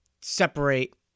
separate